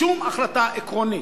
שום החלטה עקרונית,